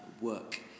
work